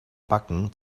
backen